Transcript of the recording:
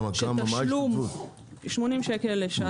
התשלום הוא 80 שקל לשעת ייעוץ.